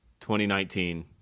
2019